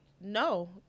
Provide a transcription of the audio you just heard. No